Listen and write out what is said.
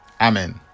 Amen